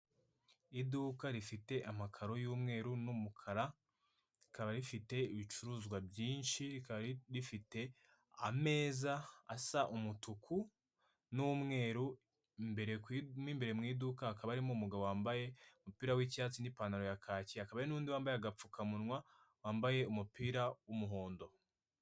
Iduka rifite amakaro y'umweru n'umukara, rikaba rifite ibicuruzwa byinshi rikaba rifite ameza asa umutuku n'umweru, mbere ku idu mo imbere mu iduka hakaba harimo umugabo wambaye umupira w'icyatsi n'ipantaro ya kaki hakaba hari n'undi wambaye agapfukamunwa, wambaye umupira w'umuhondo.